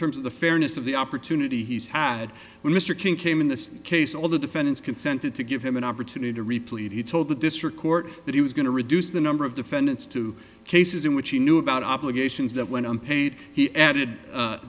terms of the fairness of the opportunity he's had with mr king came in this case all the defendant's consented to give him an opportunity to reply he told the district court that he was going to reduce the number of defendants to cases in which he knew about obligations that went on paid he added